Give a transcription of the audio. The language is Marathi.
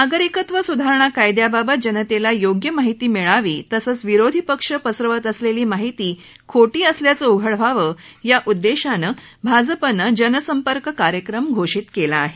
नागरिकत्व सुधारणा कायद्याबाबत जनतेला योग्य महिती मिळावी तसंच विरोधी पक्ष पसरवत असलेली माहिती खोटी असल्याचं उघड व्हावी या उद्देशानं भाजपानं जनसंपर्क कार्यक्रम घोषित केला आहे